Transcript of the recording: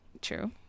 True